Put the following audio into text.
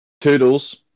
Toodles